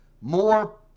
more